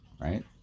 right